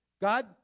God